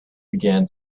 began